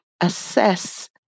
assess